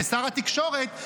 לשר התקשורת,